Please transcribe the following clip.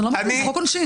זה חוק עונשין.